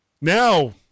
Now